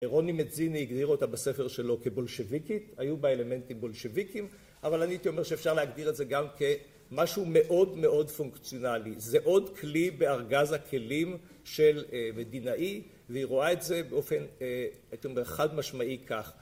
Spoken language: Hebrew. ורוני מציני הגדיר אותה בספר שלו כבולשוויקית, היו בה אלמנטים בולשוויקיים אבל אני הייתי אומר שאפשר להגדיר את זה גם כמשהו מאוד מאוד פונקציונלי. זה עוד כלי בארגז הכלים של, אה... מדינאי והיא רואה את זה באופן, אה... הייתי אומר, חד משמעי כך.